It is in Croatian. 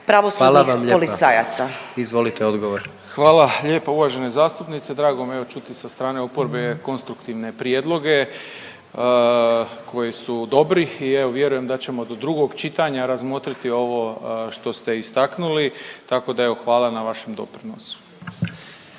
Izvolite odgovor. **Malenica, Ivan (HDZ)** Hvala lijepo uvažena zastupnice. Drago mi je evo čuti sa strane oporbe konstruktivne prijedloge koji su dobri i evo vjerujem da ćemo do drugog čitanja razmotriti ovo što ste istaknuli, tako da evo hvala na vašem doprinosu.